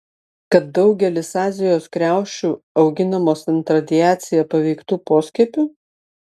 kad daugelis azijos kriaušių auginamos ant radiacija paveiktų poskiepių